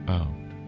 out